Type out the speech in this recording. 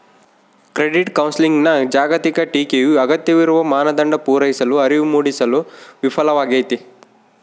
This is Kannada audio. ಕ್ರೆಡಿಟ್ ಕೌನ್ಸೆಲಿಂಗ್ನ ಜಾಗತಿಕ ಟೀಕೆಯು ಅಗತ್ಯವಿರುವ ಮಾನದಂಡ ಪೂರೈಸಲು ಅರಿವು ಮೂಡಿಸಲು ವಿಫಲವಾಗೈತಿ